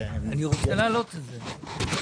אני רוצה להעלות את זה.